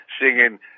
singing